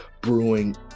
brewing